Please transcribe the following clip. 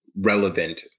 relevant